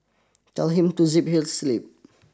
tell him to zip his lip